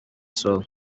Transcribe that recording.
sol